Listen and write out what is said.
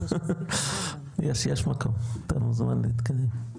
יש מקום אתה מוזמן להתקדם.